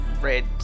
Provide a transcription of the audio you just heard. red